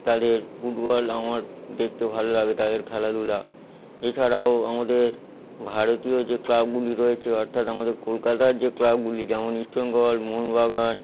তাদের ফুটবল আমার দেখতে ভালো লাগে তাদের খেলাধুলা এছাড়াও আমাদের ভারতীয় যে ক্লাবগুলি রয়েছে অর্থাৎ আমাদের কলকাতার যে ক্লাবগুলি যেমন ইস্ট বেঙ্গল মোহনবাগান